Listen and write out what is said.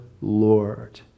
Lord